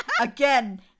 Again